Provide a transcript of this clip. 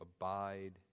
abide